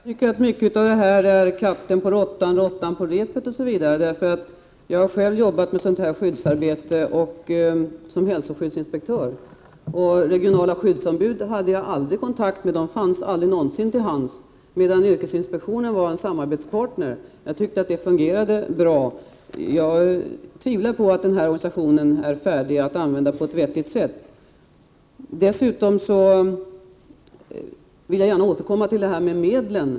Fru talman! Jag tycker att mycket av detta är katten på råttan, råttan på repet osv. Jag har själv som hälsoskyddsinspektör jobbat med detta skyddsarbete. Jag hade aldrig kontakt med regionala skyddsombud. De fanns aldrig någonsin till hands, medan yrkesinspektionen var en samarbetspartner. Jag tyckte att det fungerade bra. Jag tvivlar på att denna organisation är färdig att användas på ett vettigt sätt. Jag vill gärna återkomma till medlen.